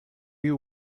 you